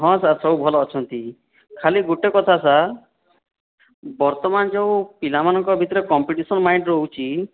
ହଁ ସାର୍ ସବୁ ଭଲ ଅଛନ୍ତି ଖାଲି ଗୋଟିଏ କଥା ସାର୍ ବର୍ତ୍ତମାନ ଯେଉଁ ପିଲାମାନଙ୍କ ଭିତରେ କମ୍ପିଟିସନ୍ ମାଇଣ୍ଡ ରହୁଛି